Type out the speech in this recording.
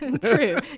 True